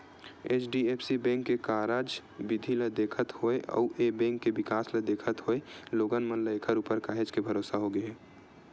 HDFC bank के कारज बिधि ल देखत होय अउ ए बेंक के बिकास ल देखत होय लोगन मन ल ऐखर ऊपर काहेच के भरोसा होगे हे